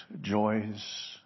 joys